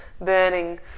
burning